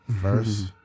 first